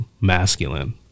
masculine